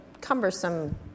cumbersome